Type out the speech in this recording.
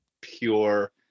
pure